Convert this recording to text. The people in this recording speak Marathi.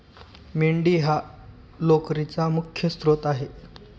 मेंढी हा लोकरीचा मुख्य स्त्रोत आहे